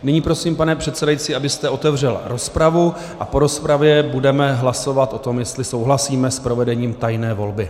Nyní prosím, pane předsedající, abyste otevřel rozpravu a po rozpravě budeme hlasovat o tom, jestli souhlasíme s provedením tajné volby.